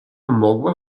mogła